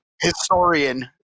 Historian